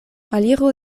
aliru